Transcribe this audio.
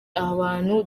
abantu